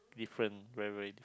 different very very